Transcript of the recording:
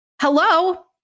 Hello